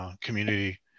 community